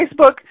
Facebook